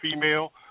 female